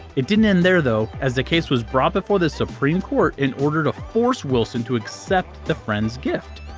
it didn't end there, though, as the case was brought before the supreme court in order to force wilson to accept the friend's gift.